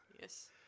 Yes